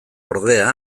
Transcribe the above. ordea